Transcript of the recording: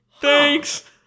Thanks